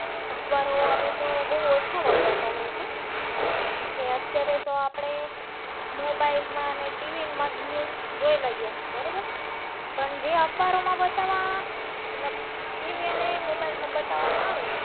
અખબારો હવે તો બહુ ઓછા વપરાતા હોય છે કેમકે અત્યારે તો આપણે મોબાઇલમાંને ટીવીમાં જ ન્યૂઝ જોઈ લઈએ છે બરોબર પણ જે અખબારોમાં બતાવવા મતલબ ટીવી અને મોબાઇલમાં બતાવવામાં આવે